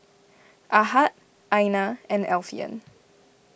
Ahad Aina and Alfian